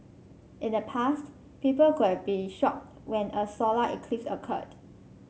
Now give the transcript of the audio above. in the past people could be shocked when a solar eclipse occurred